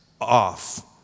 off